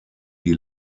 die